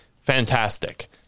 Fantastic